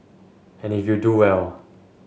and if you do well